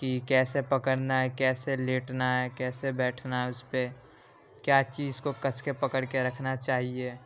کہ کیسے پکڑنا ہے کیسے لیٹنا ہے کیسے بیٹھنا ہے اس پہ کیا چیز کو کس کے پکڑ کے رکھنا چاہیے